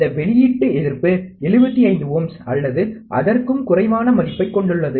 இந்த வெளியீட்டு எதிர்ப்பு 75 ஓம்ஸ் அல்லது அதற்கும் குறைவான மதிப்பைக் கொண்டுள்ளது